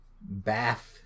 bath